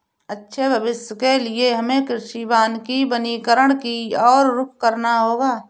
अच्छे भविष्य के लिए हमें कृषि वानिकी वनीकरण की और रुख करना होगा